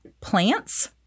plants